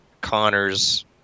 Connor's